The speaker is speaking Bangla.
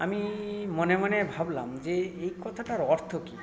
আমি মনে মনে ভাবলাম যে এই কথাটার অর্থ কী